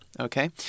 Okay